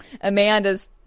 Amanda's